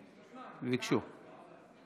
ביקשו.